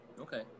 Okay